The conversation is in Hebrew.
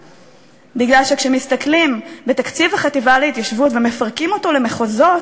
דחה את ההצבעה שוב ושוב ושוב ואמר מפורשות לפרוטוקול